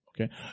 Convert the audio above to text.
Okay